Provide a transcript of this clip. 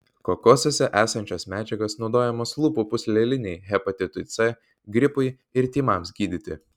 kokosuose esančios medžiagos naudojamos lūpų pūslelinei hepatitui c gripui ir tymams gydyti